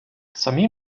самі